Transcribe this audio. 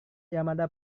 yamada